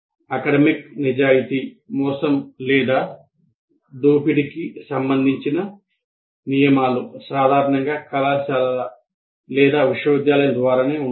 academic నిజాయితీ మోసం లేదా దోపిడీకి సంబంధించిన నియమాలు సాధారణంగా కళాశాల లేదా విశ్వవిద్యాలయం ద్వారానే ఉంటాయి